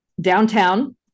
Downtown